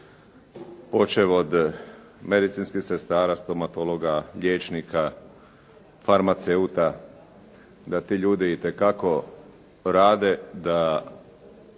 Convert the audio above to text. počev od medicinskih sestara, stomatologa, liječnika, farmaceuta, da ti ljudi itekako rade, da